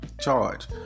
charge